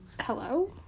hello